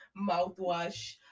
mouthwash